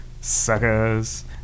Suckers